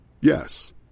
Yes